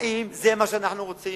האם זה מה שאנחנו רוצים?